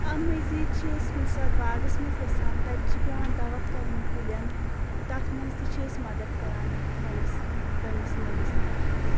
اَمہِ مٔزیٖد چھِ أسۍ کُنہِ ساتہٕ باغس منٛز گژھان تتہِ چھِ پٮ۪وان دوا کرُن کُلٮ۪ن تتھ منٛز تہِ چھِ أسۍ مدتھ کران پنٛنِس پنٛنِس مٲلِس ماجہِ حظ